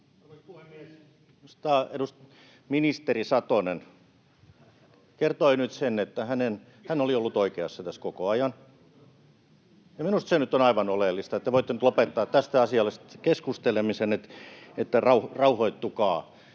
ministeri Satonen kertoi nyt sen, että hän oli ollut oikeassa tässä koko ajan, ja minusta se nyt on aivan oleellista. Te voitte nyt lopettaa tästä asiasta keskustelemisen, niin että rauhoittukaa.